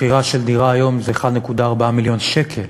מחירה של דירה היום הוא 1.4 מיליון שקל.